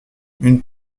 une